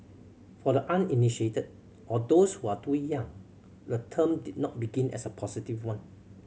for the uninitiated or those who are too young the term did not begin as a positive one